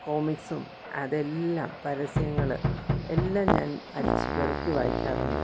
കോമിക്സും അതെല്ലാം പരസ്യങ്ങൾ എല്ലാം ഞാൻ അരിച്ചുപെറുക്കി വായിക്കാറുണ്ട്